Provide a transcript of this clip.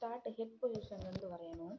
start left பொசிஷனில் இருந்து வரையணும்